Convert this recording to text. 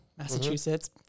massachusetts